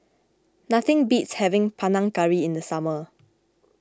nothing beats having Panang Curry in the summer